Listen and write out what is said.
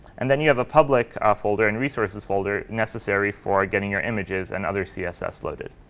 and then you have a public ah folder and resources folder necessary for getting your images and other css loaded.